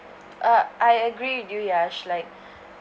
uh I agree with you Yash like